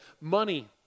Money